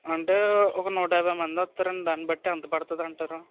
అంటే ఒక నూటయాభై మంది వస్తారండి దాని బట్టి ఎంత పడతుంది అంటారు